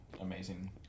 amazing